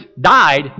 died